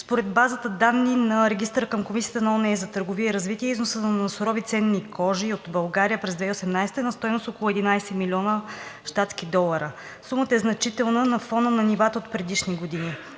Според базата данни на Регистъра към Комисията на ООН за търговия и развитие износът на сурови ценни кожи от България през 2018 г. е на стойност около 11 млн. щатски долара. Сумата е значителна на фона на нивата от предишни години.